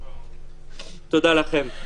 תודה לכם.